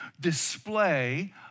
display